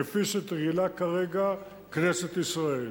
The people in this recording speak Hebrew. כפי שתרגלה כרגע כנסת ישראל.